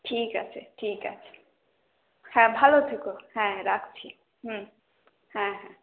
ঠিক আছে ঠিক আছে হ্যাঁ ভালো থেকো হ্যাঁ রাখছি হ্যাঁ হ্যাঁ হ্যাঁ